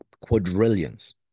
quadrillions